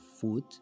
food